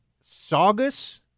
Saugus